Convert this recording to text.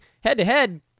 Head-to-head